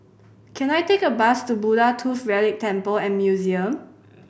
can I take a bus to Buddha Tooth Relic Temple and Museum